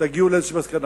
תגיעו לאיזו מסקנה.